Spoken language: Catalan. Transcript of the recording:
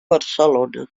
barcelona